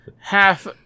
Half